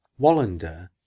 Wallander